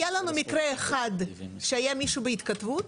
היה לנו מקרה אחד שהיה מישהו בהתכתבות,